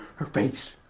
her face.